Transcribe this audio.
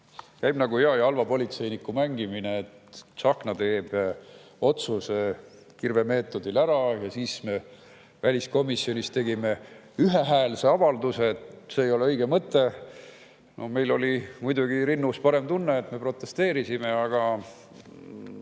Käib nagu hea ja halva politseiniku mängimine. Tsahkna teeb otsuse kirvemeetodil ära ja siis me väliskomisjonis teeme ühehäälse avalduse, et see ei ole õige mõte. Meil oli muidugi rinnus parem tunne, et me protesteerisime, aga